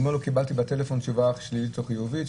אומר לנציג פקע"ר: קיבלתי בטלפון תשובה שלילית או חיובית?